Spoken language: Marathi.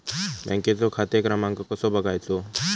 बँकेचो खाते क्रमांक कसो बगायचो?